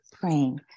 praying